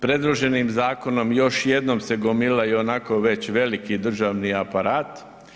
Predloženim zakonom još jednom se gomila i onako već veliki državni aparat.